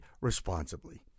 responsibly